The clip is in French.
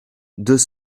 deux